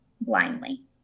blindly